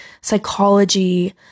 psychology